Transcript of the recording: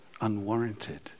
unwarranted